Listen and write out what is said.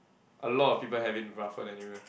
a lot of people have it rougher than you eh